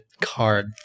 card